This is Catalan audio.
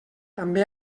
també